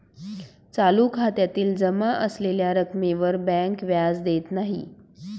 चालू खात्यातील जमा असलेल्या रक्कमेवर बँक व्याज देत नाही